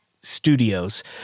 studios